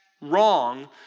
wrong